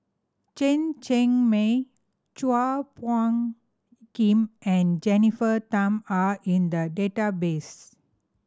Chen Cheng Mei Chua Phung Kim and Jennifer Tham are in the database